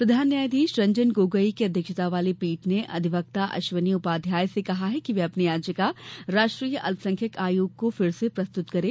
प्रधान न्यायाधीश रंजन गोगोई की अध्यक्षता वाली पीठ ने अधिवक्ता अश्विनी उपाध्याय से कहा कि वे अपनी याचिका राष्ट्रीय अल्पसंख्यक आयोग को फिर से प्रस्तुत करें